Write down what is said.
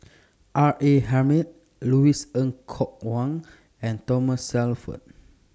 R A Hamid Louis Ng Kok Kwang and Thomas Shelford